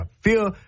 fear